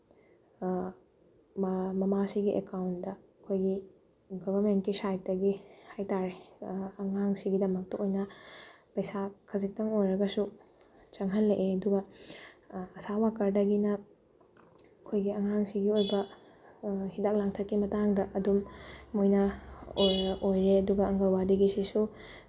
ꯃꯃꯥꯁꯤꯒꯤ ꯑꯦꯀꯥꯎꯟꯗ ꯑꯩꯈꯣꯏꯒꯤ ꯒꯣꯕꯔꯃꯦꯟꯒꯤ ꯁꯥꯏꯠꯇꯒꯤ ꯍꯥꯏ ꯇꯥꯔꯦ ꯑꯉꯥꯡꯁꯤꯒꯤꯗꯃꯛꯇ ꯑꯣꯏꯅ ꯄꯩꯁꯥ ꯈꯖꯤꯛꯇꯪ ꯑꯣꯏꯔꯒꯁꯨ ꯆꯪꯍꯜꯂꯛꯑꯦ ꯑꯗꯨꯒ ꯑꯁꯥ ꯋꯥꯀꯔꯗꯒꯤꯅ ꯑꯩꯈꯣꯏꯒꯤ ꯑꯉꯥꯡꯁꯤꯒꯤ ꯑꯣꯏꯕ ꯍꯤꯗꯥꯛ ꯂꯥꯡꯊꯛꯀꯤ ꯃꯇꯥꯡꯗ ꯑꯗꯨꯝ ꯃꯣꯏꯅ ꯑꯣꯏꯔꯦ ꯑꯗꯨꯒ ꯑꯪꯒꯜꯋꯥꯗꯤꯒꯤꯁꯤꯁꯨ